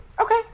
Okay